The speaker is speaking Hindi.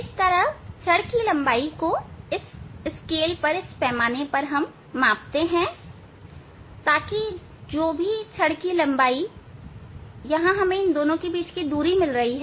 इस तरह छड़ की लंबाई को इस पैमाने से मांपंगे ताकि जो भी छड़ की लंबाई है यहां हमें इन दोनों के बीच की दूरी मिल रही है